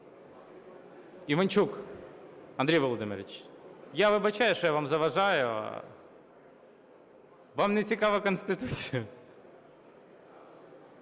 Іванчук! Андрій Володимирович, я вибачаюсь, що я вам заважаю. Вам не цікава Конституція?